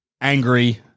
angry